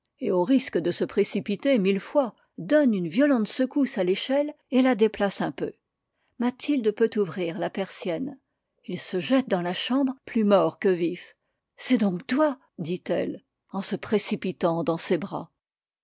et au risque de se précipiter mille fois donne une violente secousse à l'échelle et la déplace un peu mathilde peut ouvrir la persienne il se jette dans la chambre plus mort que vif c'est donc toi dit-elle en se précipitant dans ses bras